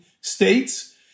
states